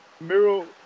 Miro